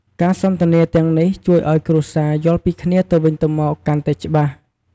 ការសន្ទនាទាំងនេះជួយឱ្យគ្រួសារយល់ពីគ្នាទៅវិញទៅមកកាន់តែច្បាស់។